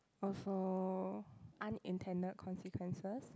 also unintended consequences